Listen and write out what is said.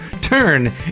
turn